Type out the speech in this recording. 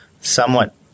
somewhat